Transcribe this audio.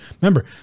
Remember